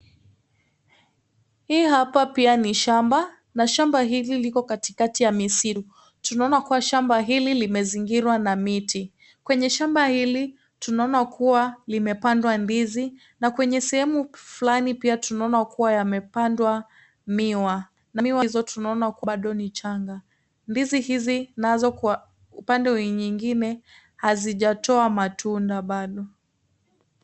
Hii hapa pia ni shamba na liko katikati ya misitu, tunaona kuwa shamba hili limezingirwa na miti. Kwenye shamba hili tunaona kuwa limepandwa ndizi na kwenye sehemu fulani pia tunaona kuwa yamepandwa miwa. Miwa hizo tunaona bado ni changa, ndizi hizi nazo kwa upande mwingine hazijatoa matunda bado.